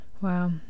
Wow